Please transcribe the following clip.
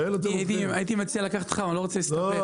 הייתי מציע לקחת אותך, אבל אני לא רוצה להסתבך.